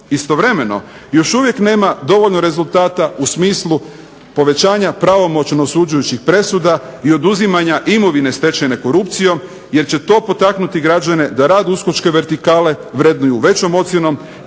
Istovremeno još uvijek nema dovoljno rezultata u smislu povećanja pravomoćno osuđujućih presuda, i oduzimanja imovine stečene korupcijom, jer će to potaknuti građane da rad uskočke vertikale vrednuju većom ocjenom,